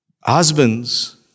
Husbands